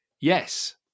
yes